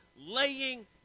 laying